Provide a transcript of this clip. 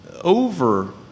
over